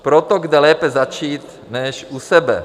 Proto kde lépe začít, než u sebe?